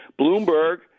Bloomberg